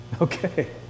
Okay